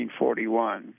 1941